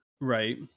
Right